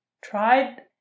Tried